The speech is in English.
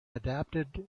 adopted